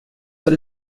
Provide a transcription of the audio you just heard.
that